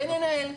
וננהל,